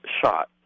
shot